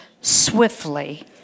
swiftly